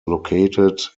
located